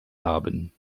haben